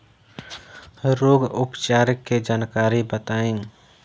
रोग उपचार के जानकारी बताई?